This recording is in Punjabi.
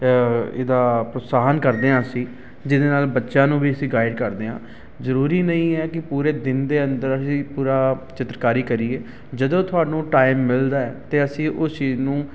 ਇਹਦਾ ਪ੍ਰਸਥਾਨ ਕਰਦੇ ਹਾਂ ਅਸੀਂ ਜਿਹਦੇ ਨਾਲ ਬੱਚਿਆਂ ਨੂੰ ਵੀ ਅਸੀਂ ਗਾਈਡ ਕਰਦੇ ਹਾਂ ਜ਼ਰੂਰੀ ਨਹੀਂ ਹੈ ਕਿ ਪੂਰੇ ਦਿਨ ਦੇ ਅੰਦਰ ਅਸੀਂ ਪੂਰਾ ਚਿੱਤਰਕਾਰੀ ਕਰੀਏ ਜਦੋਂ ਤੁਹਾਨੂੰ ਟਾਈਮ ਮਿਲਦਾ ਅਤੇ ਅਸੀਂ ਉਸ ਚੀਜ਼ ਨੂੰ